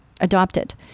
adopted